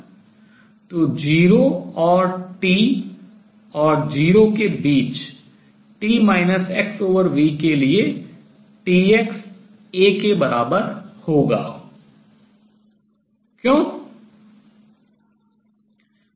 तो 0 और T और 0 के बीच t xv के लिए t x A के बराबर क्यों होगा